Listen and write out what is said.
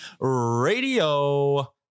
Radio